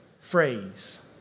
phrase